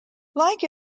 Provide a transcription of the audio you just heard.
like